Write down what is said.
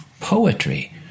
Poetry